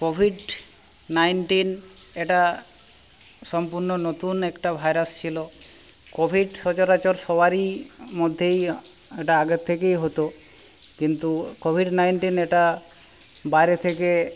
Covid nineteen এটা সম্পূর্ণ নতুন একটা ভাইরাস ছিল কোভিড সচরাচর সবারই মধ্যেই এটা আগের থেকেই হতো কিন্তু কোভিড নাইন্টিন এটা বাইরে থেকে